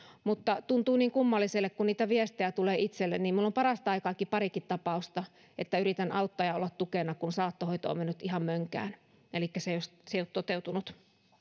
mutta tuntuu niin kummalliselle kun niitä viestejä tulee itselle minulla on parasta aikaa parikin tapausta että yritän auttaa ja olla tukena kun saattohoito on mennyt ihan mönkään elikkä se ei ole toteutunut